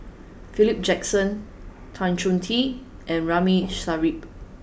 Philip Jackson Tan Choh Tee and Ramli Sarip